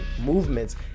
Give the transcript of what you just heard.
movements